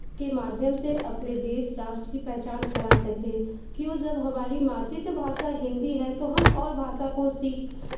के माध्यम से अपने देश राष्ट्र की पहचान करा सकते हैं क्यों जब हमारी मातृत्व भाषा हिन्दी है तो हम और भाषा को सीख